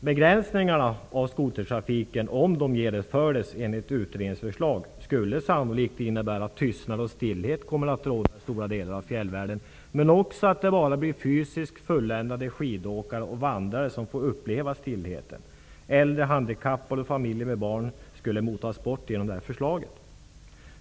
Begränsningarna av skotertrafiken, om de genomförs enligt utredningens förslag, skulle sannolikt innebära att tystnad och stillhet kommer att råda i stora delar av fjällvärlden men också att bara fysiskt fulländade skidåkare och vandrare får uppleva stillheten. Äldre, handikappade och familjer med barn skulle motas bort, om förslaget förverkligades.